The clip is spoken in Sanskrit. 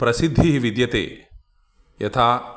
प्रसिद्धिः विद्यते यथा